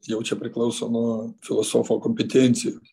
jau čia priklauso nuo filosofo kompetencijos